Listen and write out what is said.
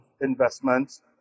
investments